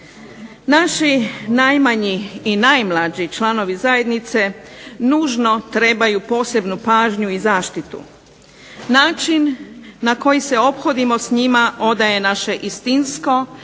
Naši najmanji i najmlađi članovi zajednice nužno trebaju posebnu pažnju i zaštitu. Način na koji se ophodimo s njima odaje naše istinsko